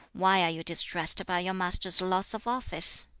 why are you distressed by your master's loss of office?